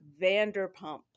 vanderpump